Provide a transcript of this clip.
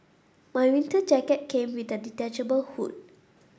my winter jacket came with a detachable hood